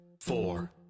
Four